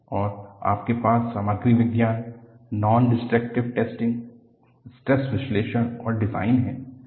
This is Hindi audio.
और आपके पास सामग्री विज्ञान नॉन डिस्ट्रक्टिव टैस्टिंग स्ट्रेस विश्लेषण और डिजाइन है